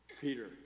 Peter